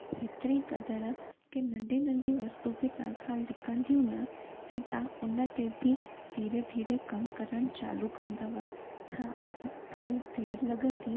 हेतिरी क़दुरु के नंढी नंढी वस्तु बि तव्हां खां लिकंदियूं न ऐं तव्हां उन ते बि धीरे धीरे कम करण चालू कंदा उहा हा थोरी देरि लॻंदी